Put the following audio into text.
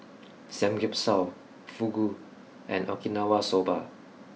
Samgeyopsal Fugu and Okinawa Soba